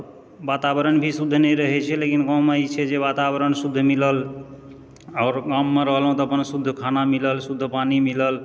आओर वातावरण भी शुद्ध नहि रहैत छै लेकिन गाँवमे ई छै जे वातावरण शुद्ध मिलल आओर गाममे रहलहुँ तऽ अपन शुद्ध खाना मिलल शुद्ध पानि मिलल